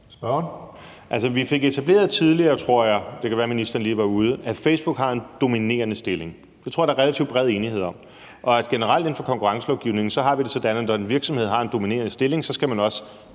at ministeren lige har været ude – at Facebook har en dominerende stilling. Det tror jeg der er relativt bred enighed om. Generelt er det sådan inden for konkurrencelovgivningen, at når en virksomhed har en dominerende stilling, skal man også